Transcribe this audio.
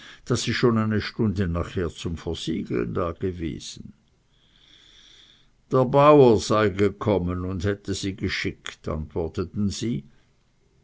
daß sie schon eine stunde nachher zum versiegeln dagewesen der bauer sei gekommen und hätte sie geschickt antworteten sie